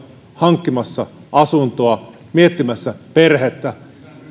hankkimassa asuntoa miettimässä perhettä niin